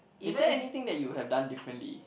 is there anything that you have done differently